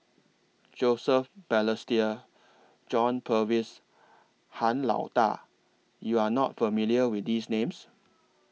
Joseph Balestier John Purvis Han Lao DA YOU Are not familiar with These Names